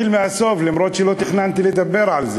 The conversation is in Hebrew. אדוני, את לא מחכה לתשובה?